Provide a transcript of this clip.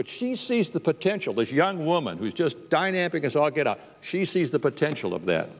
but she sees the potential this young woman who is just dynamic as all get out she sees the potential of that